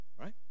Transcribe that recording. Right